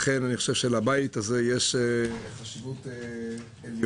לכן אני חושב שלבית הזה יש חשיבות עליונה.